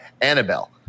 Annabelle